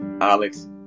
Alex